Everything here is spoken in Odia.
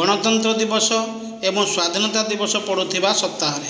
ଗଣତନ୍ତ୍ର ଦିବସ ଏବଂ ସ୍ୱାଧୀନତା ଦିବସ ପଡ଼ୁଥିବା ସପ୍ତାହରେ